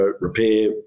repair